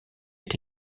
est